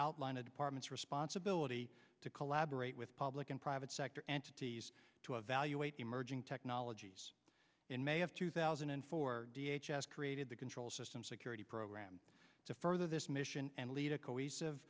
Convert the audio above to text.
outline a department's responsibility to collaborate with public and private sector entities to evaluate emerging technologies in may of two thousand and four d h has created the control system security program to further this mission and lead a cohesive